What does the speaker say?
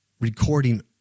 recording